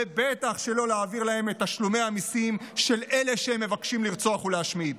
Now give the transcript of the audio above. ובטח שלא להעביר להם את תשלומי המיסים של אלה שהם מבקשים לרצוח ולהשמיד.